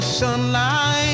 sunlight